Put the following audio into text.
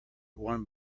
won